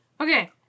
Okay